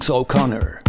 O'Connor